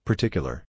Particular